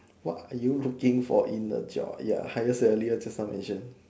what are you looking for in a job ya higher salary lor just now mention